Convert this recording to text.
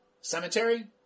Cemetery